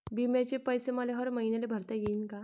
बिम्याचे पैसे मले हर मईन्याले भरता येईन का?